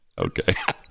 Okay